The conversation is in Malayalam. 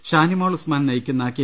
ഷാനിമോൾ ഉസ്മാൻ നയിക്കുന്ന കെ